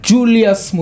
Julius